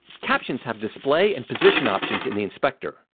captions have display and position options in the inspector.